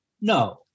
no